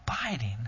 Abiding